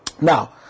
Now